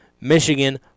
Michigan